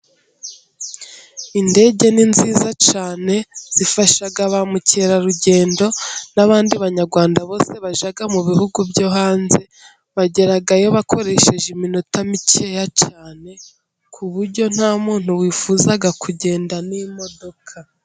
Indege ni nziza cyane zifasha ba mukerarugendo n'abandi banyarwanda bose bajya mu bihugu byo hanze, bagerayo bakoresheje iminota mikeya cyane ku buryo nta muntu wifuza kugenda n'imodoka.